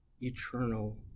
eternal